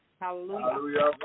Hallelujah